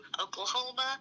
Oklahoma